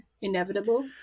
inevitable